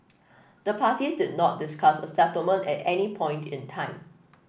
the parties did not discuss a settlement at any point in time